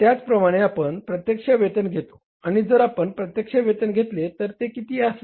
त्याचप्रमाणे आपण प्रत्यक्ष वेतन घेतो आणि जर आपण प्रत्यक्ष वेतन घेतले तर ते किती असेल